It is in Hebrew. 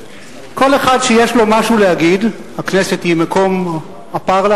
כל אחד שיש לו משהו להגיד, הכנסת היא מקום הדיבור,